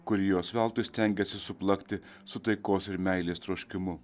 kurį jos veltui stengiasi suplakti su taikos ir meilės troškimu